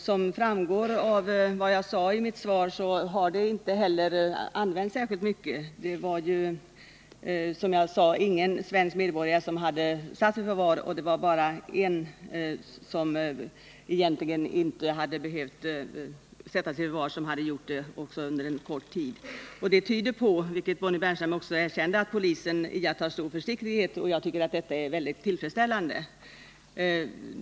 Som framgår av mitt svar har detta medel inte använts särskilt mycket — ingen svensk medborgare har tagits i förvar och bara en utländsk medborgare med tillstånd att vistas här hade tagits i förvar under en kort tid. Det tyder på, vilket Bonnie Bernström också erkände, att polisen iakttar stor försiktighet. Det tycker jag är tillfredsställande.